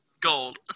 Gold